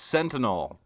Sentinel